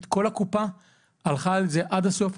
היא הלכה על כל הקופה והלכה על זה עד הסוף.